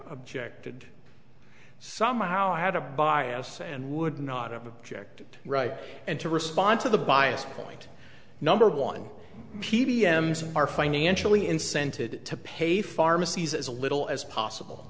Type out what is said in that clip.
objected somehow had a bias and would not object right and to respond to the biased point number one p b m are financially incented to pay pharmacies as little as possible